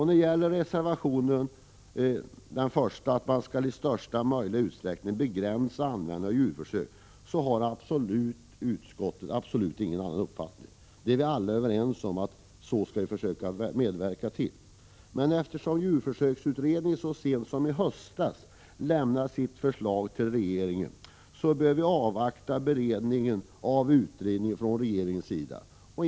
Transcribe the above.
När det gäller den första reservationen, att man i största möjliga utsträckning skall begränsa användningen av djurförsök, har utskottet absolut ingen annan uppfattning. Vi är alla överens om att försöka medverka till detta. Men eftersom djurförsöksutredningen så sent som i höstas lämnade sitt förslag till regeringen bör vi avvakta regeringens beredning av utredningens material.